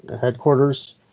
headquarters